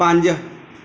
ਪੰਜ